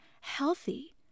healthy